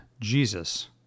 Jesus